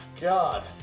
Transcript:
God